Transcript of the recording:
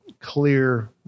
clear